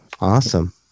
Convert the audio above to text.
awesome